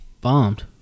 bombed